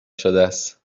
شدس